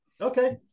Okay